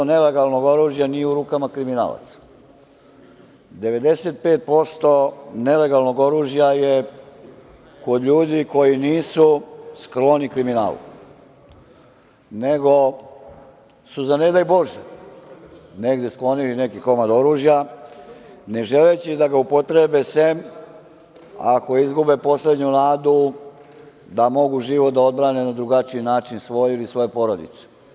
U rukama kriminalaca nije 95% nelegalnog oružja, 95% nelegalnog oružja je kod ljudi koji nisu skloni kriminalu, nego su za ne daj Bože, negde sklonili neki komad oružja, ne želeći da ga upotrebe sem, ako izgube poslednju nadu da mogu život da odbrane na drugačiji način, svoj ili svoje porodice.